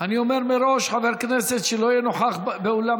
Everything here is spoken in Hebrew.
אני אומר מראש: חבר כנסת שלא יהיה נוכח באולם